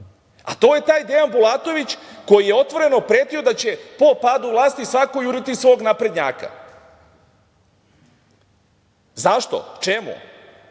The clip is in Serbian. a to je taj Dejan Bulatović koji je otvoreno pretio da će po padu vlasti svako juriti svog naprednjaka.Zašto, čemu